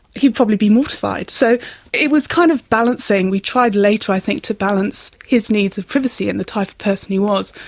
he would probably be mortified. so it was kind of balancing, we tried later i think to balance his needs of privacy and the type of person he was,